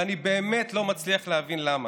ואני באמת לא מצליח להבין למה.